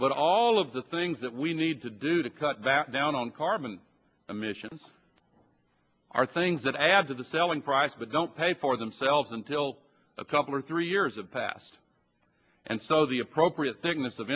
but all of the things that we need to do to cut down on carbon emissions are things that add to the selling price but don't pay for themselves until a couple or three years have passed and so the appropriate thickness of